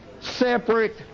separate